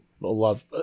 love